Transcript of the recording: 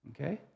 Okay